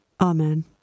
Amen